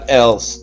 else